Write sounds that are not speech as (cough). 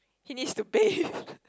he needs to bathe (noise)